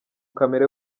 kamere